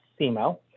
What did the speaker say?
SEMO